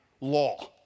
law